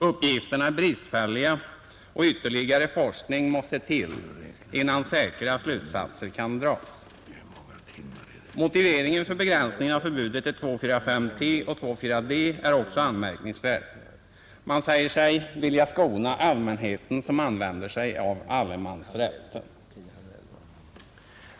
Uppgifterna är bristfälliga och ytterligare forskning måste till innan säkra slutsatser kan dras. Motiveringen för begränsningen av förbudet till 2,4,5—T och 2,4—D är också anmärkningsvärd. Man säger sig vilja skona allmänheten som använder sig av allemansrätten!